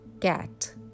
cat